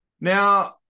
Now